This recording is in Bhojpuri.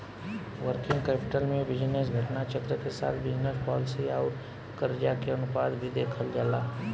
वर्किंग कैपिटल में बिजनेस घटना चक्र के साथ बिजनस पॉलिसी आउर करजा के अनुपात भी देखल जाला